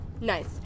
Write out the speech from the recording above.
Nice